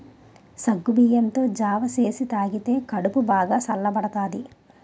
సగ్గుబియ్యంతో జావ సేసి తాగితే కడుపు బాగా సల్లబడతాది